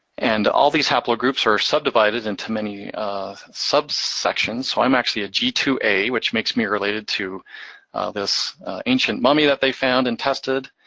and all these haplogroups are subdivided into many subsections. so i'm actually a g two a, which makes me related to this ancient mummy that they found and tested,